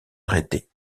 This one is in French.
arrêtés